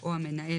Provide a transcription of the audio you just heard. או המנהל,